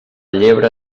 llebre